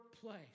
place